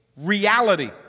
Reality